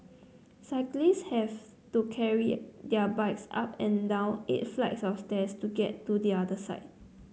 cyclists have to carry their bikes up and down eight flights of stairs to get to the other side